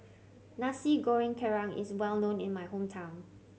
Nasi Goreng Kerang is well known in my hometown